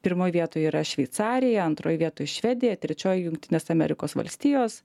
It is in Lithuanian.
pirmoj vietoj yra šveicarija antroj vietoj švedija trečioj jungtinės amerikos valstijos